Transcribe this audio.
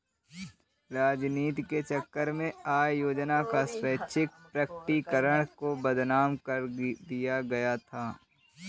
राजनीति के चक्कर में आय योजना का स्वैच्छिक प्रकटीकरण को बदनाम कर दिया गया था